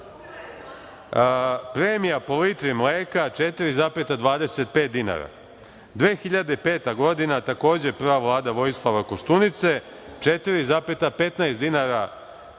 premija po litri mleka 4,25 dinara. Zatim, 2005. godine takođe prva Vlada Vojislava Koštunice 4,15 dinara